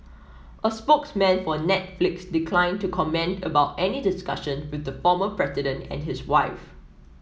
a spokesman for Netflix declined to comment about any discussion with the former president and his wife